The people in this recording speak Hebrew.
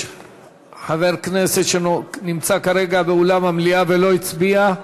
יש חבר כנסת שנמצא כרגע באולם המליאה ולא הצביע?